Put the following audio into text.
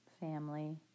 family